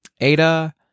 Ada